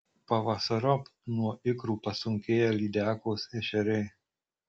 pavasariop nuo ikrų pasunkėja lydekos ešeriai